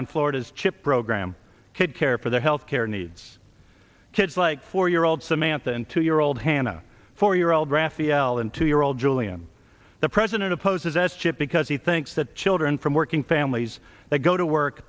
on florida's chip program could care for their health care needs kids like four year old samantha and two year old hannah four year old rafi ellen two year old julian the president opposes s chip because he thinks that children from working families that go to work